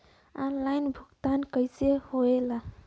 Online भुगतान कैसे होए ला?